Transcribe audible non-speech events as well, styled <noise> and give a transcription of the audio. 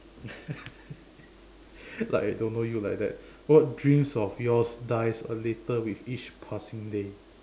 <laughs> like I don't know you like that what dreams of yours dies a little with each passing day